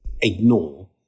ignore